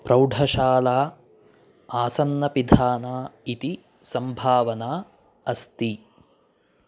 प्रौढशाला आसन्नपिधाना इति सम्भावना अस्ति